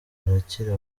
barakira